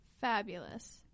Fabulous